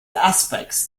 aspects